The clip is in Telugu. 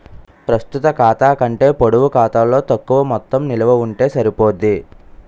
ప్రస్తుత ఖాతా కంటే పొడుపు ఖాతాలో తక్కువ మొత్తం నిలవ ఉంటే సరిపోద్ది